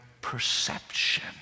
perception